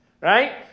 Right